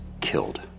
killed